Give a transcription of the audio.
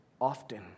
often